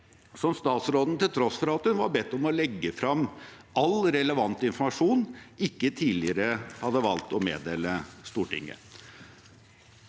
som statsråden, til tross for at hun var bedt om å legge frem all relevant informasjon, ikke tidligere hadde valgt å meddele Stortinget.